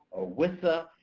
a wisa,